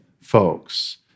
folks